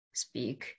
speak